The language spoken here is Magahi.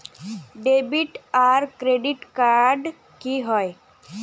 डेबिट आर क्रेडिट कार्ड की होय?